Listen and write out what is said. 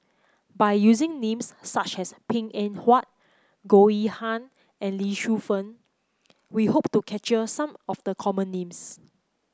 by using names such as Png Eng Huat Goh Yihan and Lee Shu Fen we hope to capture some of the common names